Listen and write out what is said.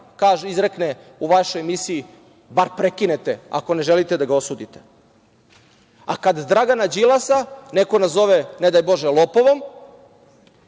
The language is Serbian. izrekne u vašoj emisiji bar prekinete ako ne želite da ga osudite. A kada Dragana Đilasa neko nazove ne daj bože lopovom